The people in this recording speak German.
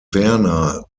werner